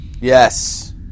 Yes